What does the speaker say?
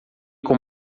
com